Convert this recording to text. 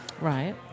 Right